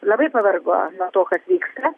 labai pavargo nuo to kas vyksta